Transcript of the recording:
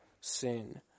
sin